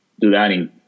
learning